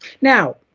Now